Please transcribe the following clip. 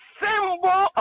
symbol